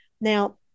Now